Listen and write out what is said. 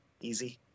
Easy